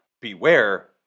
Beware